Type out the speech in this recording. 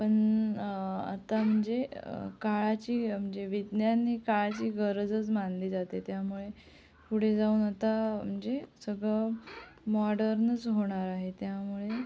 पण आता म्हणजे काळाची म्हणजे विज्ञान ही काळाची गरजच मानली जाते त्यामुळे पुढे जाऊन आता म्हणजे सगळं मॉडर्नच होणार आहे त्यामुळे